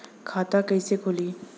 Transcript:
खाता कईसे खुली?